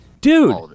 Dude